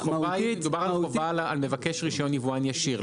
מדובר על חובה על מבקש רישיון יבואן ישיר,